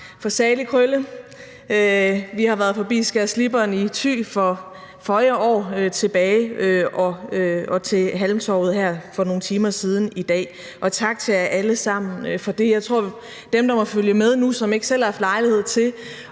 om salig Krølle, vi har været forbi skærsliberen i Thy for føje år tilbage og Halmtorvet for nogle timer siden i dag. Og tak til jer alle sammen for det. Jeg tror, at dem, der måtte følge med nu, og som ikke selv har haft lejlighed til